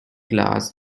glass